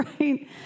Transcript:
right